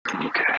Okay